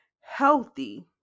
healthy